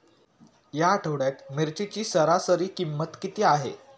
या आठवड्यात मिरचीची सरासरी किंमत किती आहे?